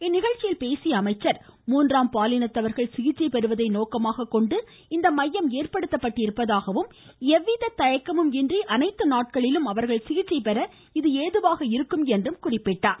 இந்நிகழ்ச்சியில் பேசிய அவர் மூன்றாம் பாலினத்தவர்கள் சிகிச்சை பெறுவதை நோக்கமாக கொண்டு இம்மையம் ஏற்படுத்தப்பட்டிருப்பதாகவும் எவ்விக தயக்கமும் இன்றி அனைத்து நாட்களிலும் அவர்கள் சிகிச்சை பெற இது ஏதுவாக இருக்கும் என்று குறிப்பிட்டார்